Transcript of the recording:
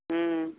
ம்